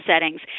settings